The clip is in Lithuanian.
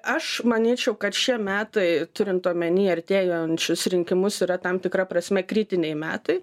aš manyčiau kad šie metai turint omenyje artėjančius rinkimus yra tam tikra prasme kritiniai metai